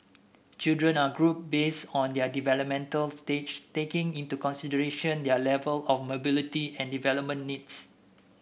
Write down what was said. children are grouped based on their developmental stage taking into consideration their level of mobility and development needs